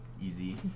Easy